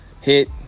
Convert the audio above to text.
hit